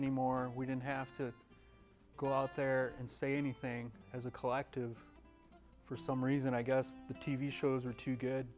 anymore and we didn't have to go out there and say anything as a collective for some reason i guess the t v shows were too good